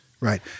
Right